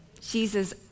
Jesus